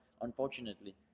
unfortunately